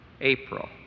April